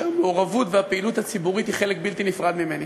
שהמעורבות והפעילות הציבורית הן חלק בלתי נפרד ממני,